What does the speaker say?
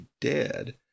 dead